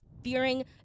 fearing